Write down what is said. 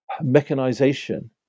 Mechanization